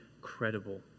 credible